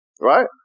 Right